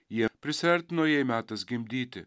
jie prisiartino jai metas gimdyti